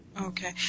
Okay